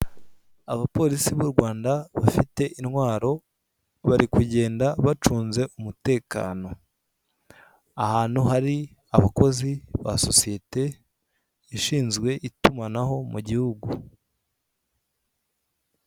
Abapolisi b'u Rwanda bafite intwaro, bari kugenda bacunze umutekano. Ahantu hari abakozi ba sosiyete, ishinzwe itumanaho mu gihugu.